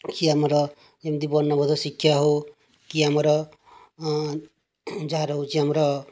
କି ଆମର ଯେମିତି ବର୍ଣ୍ଣବୋଧ ଶିକ୍ଷା ହେଉ କି ଆମର ଯାହା ରହୁଛି ଆମର